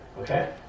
okay